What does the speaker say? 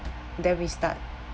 then we start